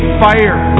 fire